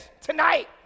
tonight